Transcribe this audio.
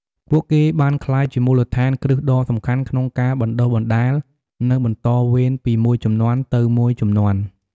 ពួកគេបានក្លាយជាមូលដ្ឋានគ្រឹះដ៏សំខាន់ក្នុងការបណ្តុះបណ្តាល និងបន្តវេនពីមួយជំនាន់ទៅមួយជំនាន់ ។